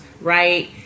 right